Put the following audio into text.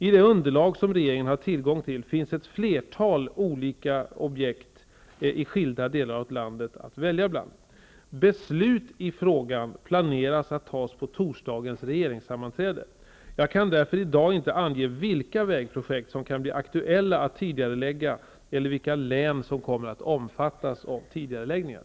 I det underlag som regeringen har tillgång till finns ett flertal olika objekt i skilda delar av landet att välja bland. Beslut i frågan planeras att fattas på torsdagens regeringssammanträde. Jag kan därför i dag inte ange vilka vägprojekt som kan bli aktuella att tidigarelägga eller vilka län som kommer att omfattas av tidigareläggningar.